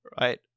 Right